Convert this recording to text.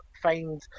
find